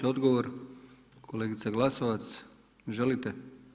Odgovor, kolegica Glasovac želite?